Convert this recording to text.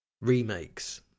remakes